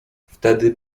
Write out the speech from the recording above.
wtedy